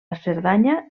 cerdanya